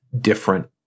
different